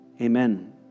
amen